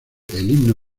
himno